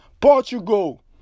Portugal